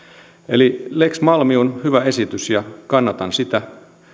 eli lex malmi on hyvä esitys ja kannatan sitä